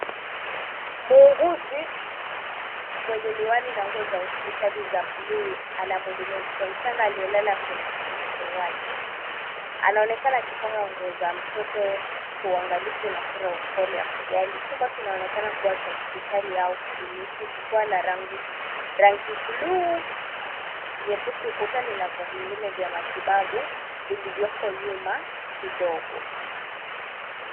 Muuguzi mwenye miwani na nguo za hosipitali za buluu anamuhudumia mtoto mchanga aliyelala kwenye kitanda cha wazi, anaonekana akipanga nguo za mtoto kwa uangalifu na sura ya upole ya kujali, chumba kinaonekana kuwa cha hosipitali au kliniki kukiwa na rangi buluu nyepesi ukutani na vingine vya matibabu vilivyoko nyuma kidogo.